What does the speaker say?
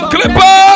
Clipper